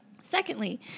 Secondly